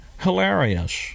hilarious